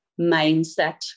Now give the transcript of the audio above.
mindset